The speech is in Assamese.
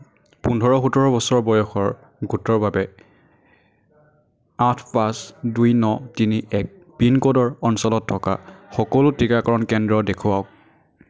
পোন্ধৰ সোতৰ বছৰ বয়সৰ গোটৰ বাবে আঠ পাঁচ দুই ন তিনি এক পিনক'ডৰ অঞ্চলত থকা সকলো টীকাকৰণ কেন্দ্ৰ দেখুৱাওক